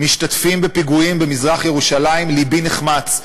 משתתפים בפיגועים במזרח-ירושלים לבי נחמץ.